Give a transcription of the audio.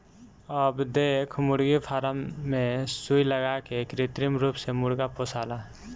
अब देख मुर्गी फार्म मे सुई लगा के कृत्रिम रूप से मुर्गा पोसाला